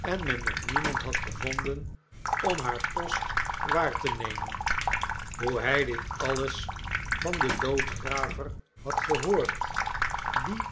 en men nog niemand had gevonden om haar post waar te nemen hoe hij dit alles van den doodgraver had gehoord die